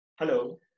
Hello